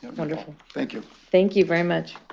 wonderful. thank you. thank you very much.